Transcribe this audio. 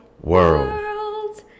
world